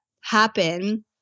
happen